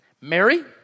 Mary